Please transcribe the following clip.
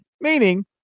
Meaning